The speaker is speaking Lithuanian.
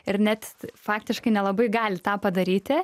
ir net faktiškai nelabai gali tą padaryti